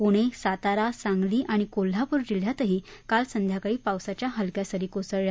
पूण आतारा सांगली आणि कोल्हापूर जिल्ह्यात काल संध्याकाळी पावसाच्या हलक्या सरी कोसळल्या